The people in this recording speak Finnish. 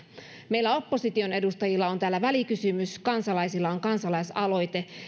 meillä opposition edustajilla on täällä välikysymys kansalaisilla on kansalaisaloite